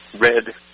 Red